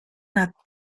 nad